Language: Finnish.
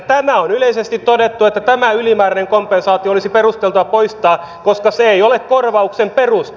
tämä on yleisesti todettu että tämä ylimääräinen kompensaatio olisi perusteltua poistaa koska se ei ole korvauksen peruste